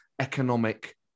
economic